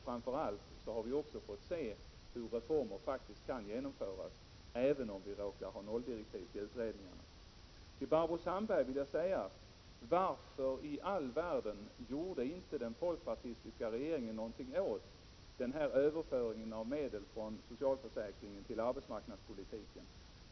Framför allt har vi sett hur reformer faktiskt kan genomföras, även om de har föregåtts av utredningar med nolldirektiv. Varför i all världen, Barbro Sandberg, gjorde inte den folkpartistiska regeringen något åt den här överföringen av medel från socialförsäkringen till arbetsmarknadspolitiken?